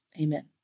Amen